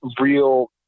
real